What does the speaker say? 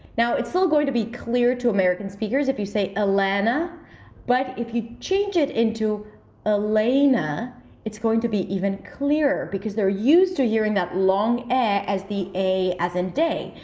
now it's still going to be clear to american speakers if you say elena but if you change it into ah elena it's going to be even clearer because they're used to hearing that long e as the ei as in day.